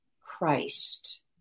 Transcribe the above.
Christ